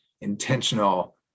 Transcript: intentional